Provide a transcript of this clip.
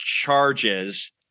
charges